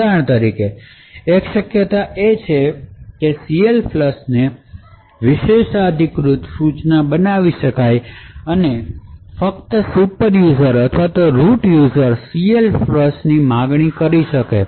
ઉદાહરણ તરીકે એક શક્યતા એ છે કે CLFLUSHને વિશેષાધિકૃત સૂચના બનાવવી અને ફક્ત સુપર યુઝર્સ અથવા રૂટ યુઝર્સ CLFLUSHની માંગણી કરી શકશે